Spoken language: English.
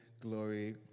glory